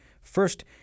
First